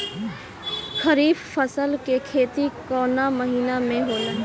खरीफ फसल के खेती कवना महीना में होला?